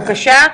בבקשה,